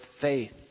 faith